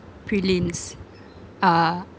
prelims ah